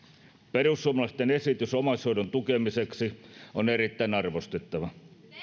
perussuomalaisten esitys omaishoidon tukemiseksi on erittäin arvostettava